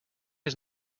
his